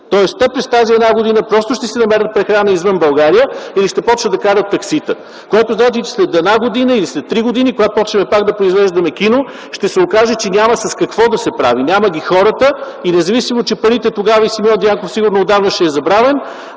Тоест те през тази една година просто ще си намерят прехрана извън България или ще започнат да карат таксита, което след една година или след три години, когато започнем пак да произвеждаме кино, ще се окаже, че няма с какво да се прави, няма ги хората и независимо че парите, тогава сигурно и Симеон Дянков отдавна ще е забравен,